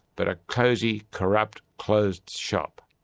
but a cosy, corrupt closed shop.